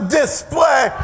display